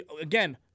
Again